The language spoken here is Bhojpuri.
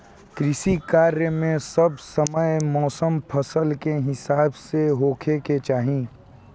कृषि कार्य मे सब समय मौसम फसल के हिसाब से होखे के चाही